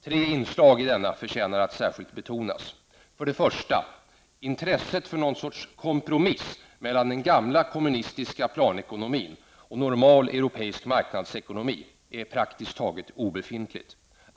Tre inslag i denna förtjänar att särskilt betonas. För det första: Intresset för någon sorts kompromiss mellan den gamla kommunistiska planekonomin och normal europeisk marknadsekonomi är praktiskt taget obefintligt.